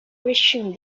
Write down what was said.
resumed